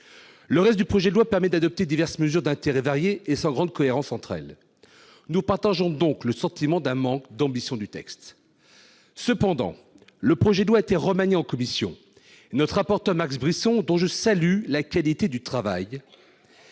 Le reste du projet de loi permet d'adopter diverses mesures d'intérêt varié et sans grande cohérence. Nous partageons donc le sentiment d'un manque d'ambition du texte. Cependant, le projet de loi a été remanié en commission. Notre rapporteur Max Brisson, dont je salue la qualité du travail,